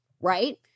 right